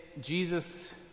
Jesus